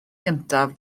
gyntaf